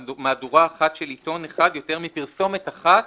במהדורה אחת של עיתון אחד יותר מפרסומת אחת